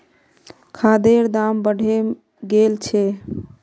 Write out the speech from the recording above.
खादेर दाम बढ़े गेल छे